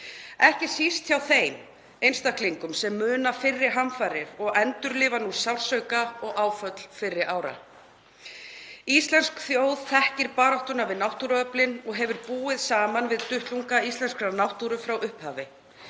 ekki síst hjá þeim einstaklingum sem muna fyrri hamfarir og endurlifa nú sársauka og áföll fyrri ára. Íslensk þjóð þekkir baráttuna við náttúruöflin og hefur búið við duttlunga íslenskrar náttúru frá upphafi.